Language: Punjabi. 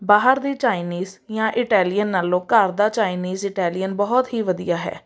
ਬਾਹਰ ਦੇ ਚਾਈਨੀਜ਼ ਜਾਂ ਇਟੈਲੀਅਨ ਨਾਲੋਂ ਘਰ ਦਾ ਚਾਈਨੀਜ਼ ਇਟੈਲੀਅਨ ਬਹੁਤ ਹੀ ਵਧੀਆ ਹੈ